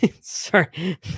sorry